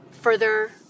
further